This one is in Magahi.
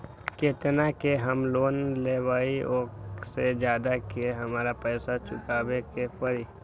जेतना के हम लोन लेबई ओ से ज्यादा के हमरा पैसा चुकाबे के परी?